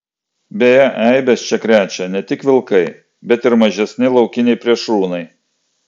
beje eibes čia krečia ne tik vilkai bet ir mažesni laukiniai plėšrūnai